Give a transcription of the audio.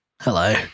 Hello